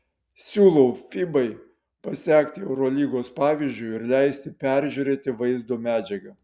siūlau fibai pasekti eurolygos pavyzdžiu ir leisti peržiūrėti vaizdo medžiagą